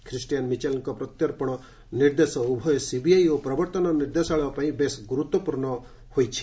Christian ମିଚେଲ୍ଙ୍କ ପ୍ରତ୍ୟର୍ପଣ ନିର୍ଦ୍ଦେଶ ଉଭୟ ସିବିଆଇ ଓ ପ୍ରବର୍ତ୍ତନ ନିର୍ଦ୍ଦେଶାଳୟ ପାଇଁ ବେଶ୍ ଗୁରୁତ୍ୱପୂର୍୍ଣ ହୋଇଛି